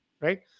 right